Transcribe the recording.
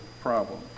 problem